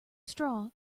straw